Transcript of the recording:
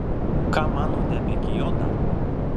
ką manote apie kiotą